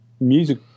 music